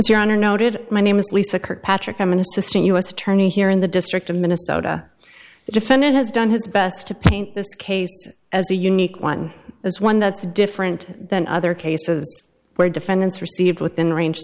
your honor noted my name is lisa kirkpatrick i'm an assistant u s attorney here in the district of minnesota the defendant has done his best to paint this case as a unique one is one that's different than other cases where defendants received within range